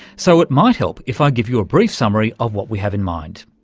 so it might help if i give you a brief summary of what we have in mind.